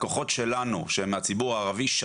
הלקוחות שלנו שהם מהציבור הערבי זהים